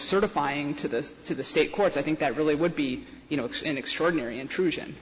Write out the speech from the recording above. certifying to this to the state courts i think that really would be you know it's an extraordinary intrusion